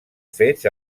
fets